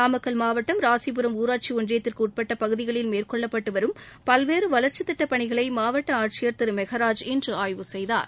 நாமக்கல் மாவட்டம் ராசீபுரம் ஊராட்சி ஒன்றியத்திற்கு உட்பட்ட பகுதிகளில் மேற்னெள்ளப்பட்டு வரும் பல்வேறு வளர்ச்சி திட்டப் பணிகளை மாவட்ட ஆட்சியர் திரு மெகராஜ் இன்று ஆய்வு செய்தார்